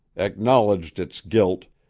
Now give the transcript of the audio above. acknowledged its guilt,